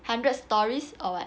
hundred stories or what